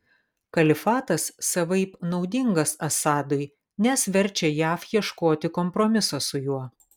kalifatas savaip naudingas assadui nes verčia jav ieškoti kompromiso su juo